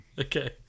Okay